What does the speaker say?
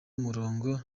umurongo